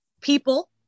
people